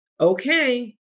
okay